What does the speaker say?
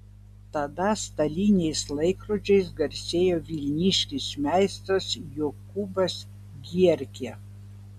tada staliniais laikrodžiais garsėjo vilniškis meistras jokūbas gierkė